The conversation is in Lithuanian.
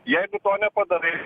jeigu to nepadarai